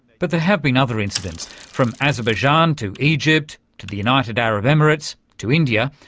but there have been other incidents from azerbaijan to egypt to the united arab emirates to india,